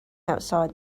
outside